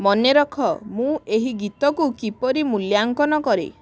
ମନେରଖ ମୁଁ ଏହି ଗୀତକୁ କିପରି ମୂଲ୍ୟାଙ୍କନ କରେ